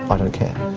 i don't care.